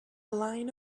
line